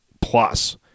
plus